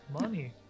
Money